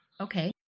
Okay